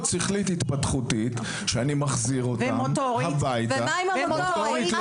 שכלית התפתחותית שאני מחזיר אותם הביתה --- מוטורית לא,